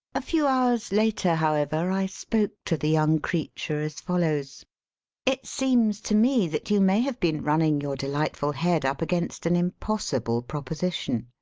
a few hours later, however, i spoke to the young creature as follows it seems to me that you may have been run ning your delightful head up against an im possible proposition.